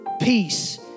peace